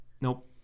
Nope